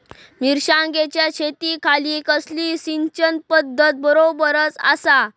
मिर्षागेंच्या शेतीखाती कसली सिंचन पध्दत बरोबर आसा?